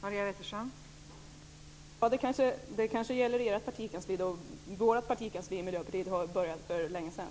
Fru talman! Det gäller kanske för ert partikansli. På Miljöpartiets partikansli har man börjat för länge sedan.